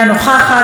אינו נוכח,